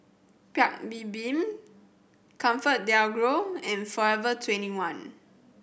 Paik Bibim ComfortDelGro and Forever Twenty one